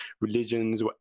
religions